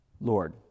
Lord